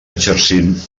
exercint